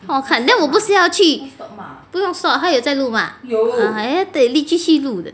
看 then 我不是要去不用 stop 他有再录吗得继续的